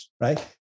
Right